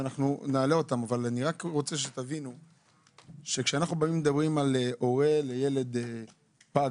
אבל אני רק רוצה שתבינו שאנחנו מדברים על הורה עם ילד פג.